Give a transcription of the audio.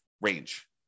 range